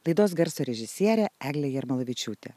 laidos garso režisierė eglė jarmolavičiūtė